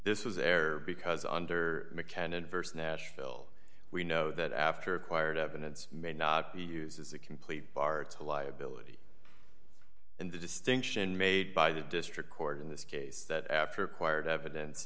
this was error because under macand inversed nashville we know that after acquired evidence may not be used as a complete bar to liability in the distinction made by the district court in this case that after acquired evidence